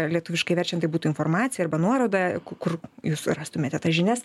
lietuviškai verčiant tai būtų informacija arba nuoroda kur jūs rastumėte tas žinias